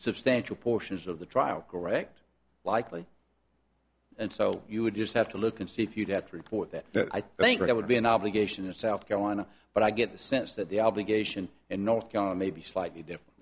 substantial portions of the trial correct likely and so you would just have to look and see if you'd have to report that i think i would be an obligation in south carolina but i get the sense that the obligation and knock on may be slightly different